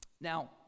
Now